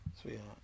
Sweetheart